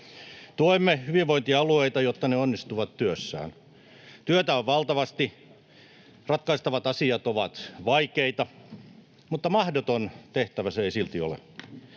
Tuemme hyvinvointialueita, jotta ne onnistuvat työssään. Työtä on valtavasti, ratkaistavat asiat ovat vaikeita, mutta mahdoton tehtävä se ei silti ole.